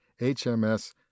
HMS